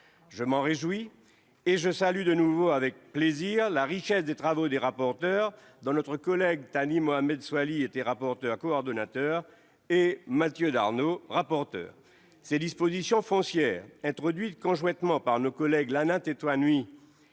Je m'en réjouis et salue de nouveau avec plaisir la richesse des travaux des rapporteurs, dont nos collègues Thani Mohammed Soilihi, rapporteur coordinateur, et Mathieu Darnaud, rapporteur. Eh oui ! Ces dispositions foncières, introduites conjointement par nos collègues Lana Tetuanui